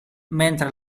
mentre